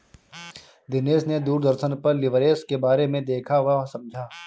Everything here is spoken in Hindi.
दिनेश ने दूरदर्शन पर लिवरेज के बारे में देखा वह समझा